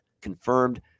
confirmed